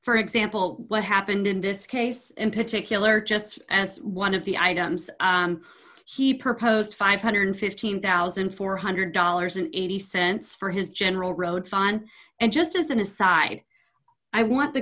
for example what happened in this case in particular just as one of the items he proposed five hundred and fifteen thousand four hundred dollars and eighty cents for his general road fun and just as an aside i want the